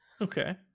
Okay